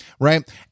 right